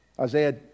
Isaiah